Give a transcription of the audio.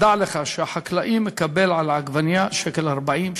דע לך שהחקלאי מקבל על העגבנייה שקל ו-40,